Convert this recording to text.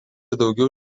daugiau